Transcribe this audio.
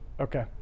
okay